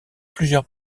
plusieurs